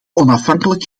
onafhankelijk